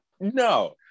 no